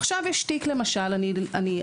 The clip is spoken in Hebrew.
עכשיו יש למשל תיק, של